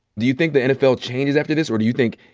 do you think the nfl changes after this? or do you think,